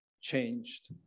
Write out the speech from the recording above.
changed